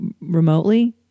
Remotely